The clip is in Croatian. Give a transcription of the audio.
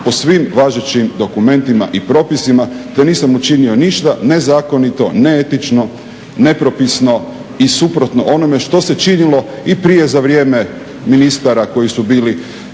po svim važećim dokumentima i propisima te nisam učinio ništa nezakonito, neetično, nepropisno i suprotno onome što se činilo i prije i za vrijeme ministara koji su bili